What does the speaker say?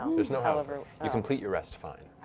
um there's no however. you complete your rest fine.